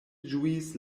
ĝuis